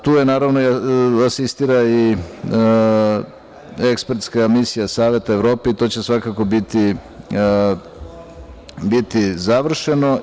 Tu, naravno, asistira i ekspertska Misija Saveta Evrope i to će svakako biti završeno.